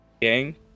gang